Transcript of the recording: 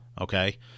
okay